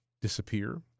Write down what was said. disappear